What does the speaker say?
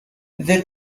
the